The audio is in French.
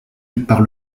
par